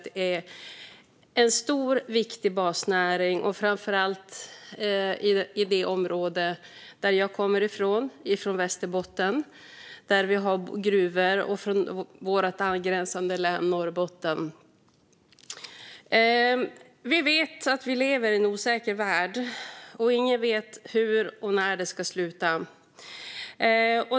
Det är en stor och viktig basnäring, framför allt i det område som jag kommer från, Västerbotten, där vi har gruvor och i vårt angränsande län Norrbotten. Vi vet att vi lever i en osäker värld, och ingen vet hur och när det ska sluta.